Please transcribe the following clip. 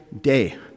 day